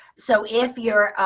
so if you're